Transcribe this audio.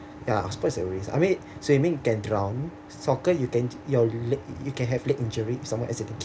ya of course he worriesI mean swimming can drown soccer you can your leg you can have leg injury if someone accidentally kick